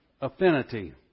affinity